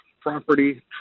property